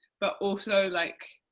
but also like,